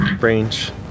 Range